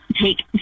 take